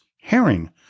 herring